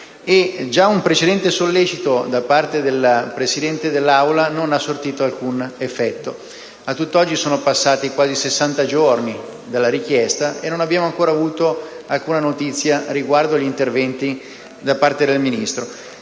Già un precedente sollecito da parte del Presidente dell'Assemblea non ha sortito alcun effetto. A tutt'oggi sono passati quasi sessanta giorni dalla richiesta e non abbiamo ancora avuto alcuna notizia riguardo ad interventi da parte del Ministro.